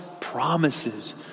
promises